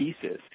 pieces